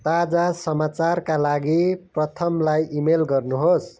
ताजा समाचारका लागि प्रथमलाई इमेल गर्नुहोस्